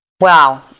Wow